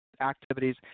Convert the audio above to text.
activities